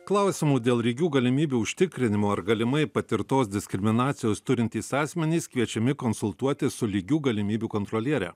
klausimų dėl lygių galimybių užtikrinimo ar galimai patirtos diskriminacijos turintys asmenys kviečiami konsultuotis su lygių galimybių kontroliere